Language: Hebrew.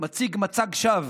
מציג מצג שווא